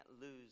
lose